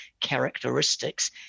characteristics